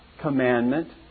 commandment